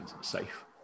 safe